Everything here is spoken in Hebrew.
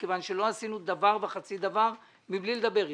מכיוון שלא עשינו דבר וחצי דבר בלי לדבר אתכם.